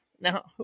now